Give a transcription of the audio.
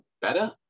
better